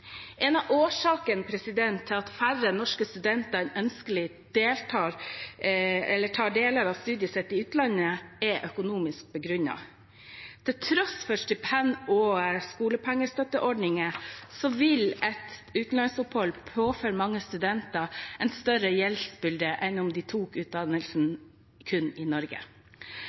En av årsakene til at færre norske studenter enn ønskelig tar deler av studiene i utlandet, er økonomisk begrunnet. Til tross for stipend og skolepengestøtteordninger vil et utenlandsopphold påføre mange studenter en større gjeldsbyrde enn om de tok utdannelsen kun i Norge.